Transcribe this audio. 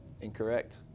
Incorrect